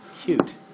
cute